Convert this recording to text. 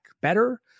better